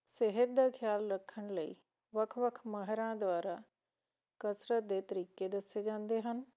ਸਿਹਤ ਦਾ ਖਿਆਲ ਰੱਖਣ ਲਈ ਵੱਖ ਵੱਖ ਮਾਹਰਾਂ ਦੁਆਰਾ ਕਸਰਤ ਦੇ ਤਰੀਕੇ ਦੱਸੇ ਜਾਂਦੇ ਹਨ